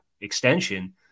extension